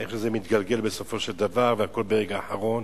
איך זה מתגלגל בסופו של דבר והכול ברגע האחרון.